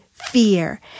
Fear